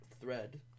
thread